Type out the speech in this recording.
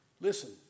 listen